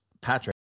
Patrick